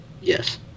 Yes